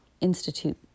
institute